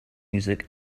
music